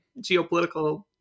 geopolitical